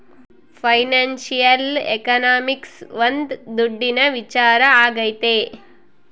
financial economics ಒಂದ್ ದುಡ್ಡಿನ ವಿಚಾರ ಆಗೈತೆ